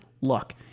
luck